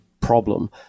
problem